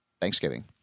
Thanksgiving